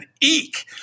eek